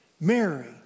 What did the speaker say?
Mary